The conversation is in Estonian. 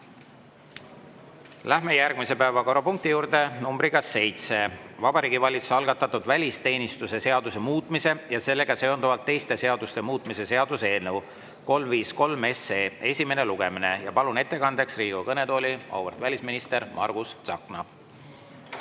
Läheme järgmise päevakorrapunkti juurde, see on numbriga 7: Vabariigi Valitsuse algatatud välisteenistuse seaduse muutmise ja sellega seonduvalt teiste seaduste muutmise seaduse eelnõu 353 esimene lugemine. Palun ettekandeks Riigikogu kõnetooli auväärt välisministri Margus Tsahkna.